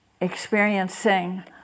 experiencing